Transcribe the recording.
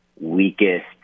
weakest